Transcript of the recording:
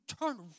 turn